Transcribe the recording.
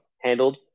handled